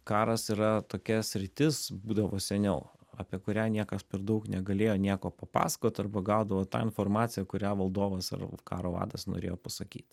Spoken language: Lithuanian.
karas yra tokia sritis būdavo seniau apie kurią niekas per daug negalėjo nieko papasakot arba gaudavo tą informaciją kurią valdovas ar karo vadas norėjo pasakyt